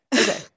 Okay